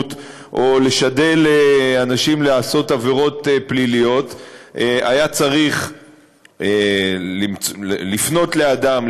בריונות או לשדל אנשים לעשות עבירות פליליות היה צריך לפנות לאדם,